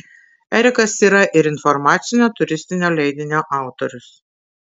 erikas yra ir informacinio turistinio leidinio autorius